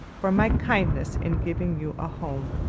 for my kindness in giving you a home.